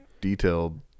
detailed